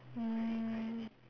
um